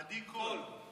עדי קול.